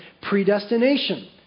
predestination